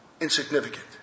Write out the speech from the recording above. insignificant